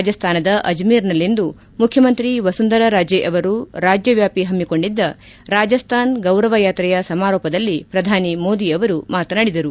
ರಾಜಸ್ತಾನದ ಅಜ್ಲೇರ್ನಲ್ಲಿಂದು ಮುಖ್ಯಮಂತ್ರಿ ವಸುಂಧರ ರಾಜೇ ಅವರು ರಾಜ್ಯವಾಪಿ ಹಮ್ನಿಕೊಂಡಿದ್ದ ರಾಜಸ್ತಾನ್ ಗೌರವ ಯಾತ್ರೆಯ ಸಮಾರೋಪದಲ್ಲಿ ಪ್ರಧಾನಿ ಮೋದಿ ಅವರು ಮಾತನಾಡಿದರು